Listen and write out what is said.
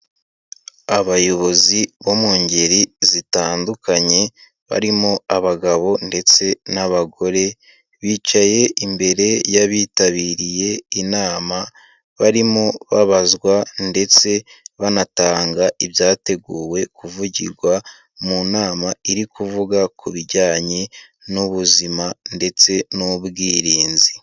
Abayobozi bo mu ngeri zitandukanye, barimo abagabo ndetse n'abagore, bicaye imbere y'abitabiriye inama, barimo babazwa ndetse banatanga ibyateguwe kuvugirwa mu nama iri kuvuga ku bijyanye n'ubuzima ndetse n'ubwirinzi.